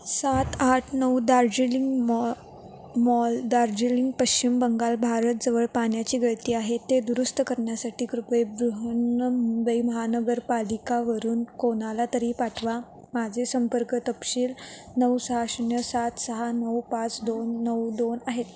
सात आठ नऊ दार्जिलिंग मॉ मॉल दार्जिलिंग पश्चिम बंगाल भारत जवळ पाण्याची गळती आहे ते दुरुस्त करण्यासाठी कृपय बृहन्मुंबई महानगरपालिकावरून कोणाला तरी पाठवा माझे संपर्क तपशील नऊ सहा शून्य सात सहा नऊ पाच दोन नऊ दोन आहेत